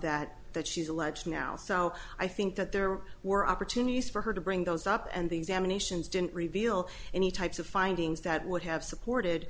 that that she's alleged now so i think that there were opportunities for her to bring those up and the examinations didn't reveal any types of findings that would have supported